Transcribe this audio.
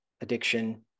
addiction